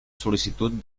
sol·licitud